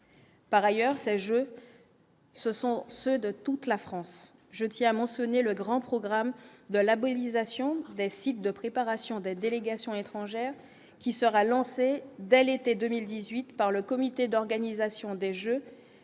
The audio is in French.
par ailleurs, ça je ce sont ceux de toute la France, je tiens à mentionner le grand programme de labélisation des sites de préparation de délégations étrangères qui sera lancé dès l'été 2018 par le comité d'organisation des Jeux